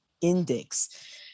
index